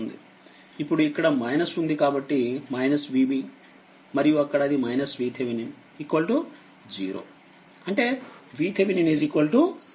ఇప్పుడు ఇక్కడ ఉంది కాబట్టి Vbమరియు అక్కడ అది VThevenin 0అంటే VThevenin Va Vb 32